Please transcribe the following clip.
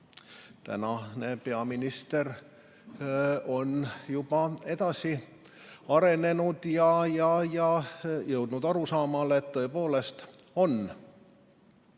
Tänane peaminister on juba edasi arenenud ja jõudnud arusaamale, et tõepoolest